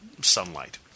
sunlight